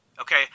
Okay